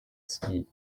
ski